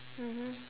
mmhmm